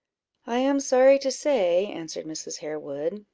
i am sorry to say, answered mrs. harewood,